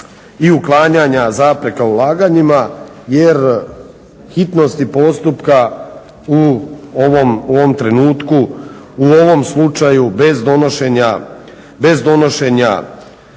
i uklanjanja zapreka ulaganjima jer hitnosti postupka u ovom trenutku u ovom slučaju bez donošenja